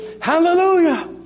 Hallelujah